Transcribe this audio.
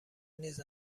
نیز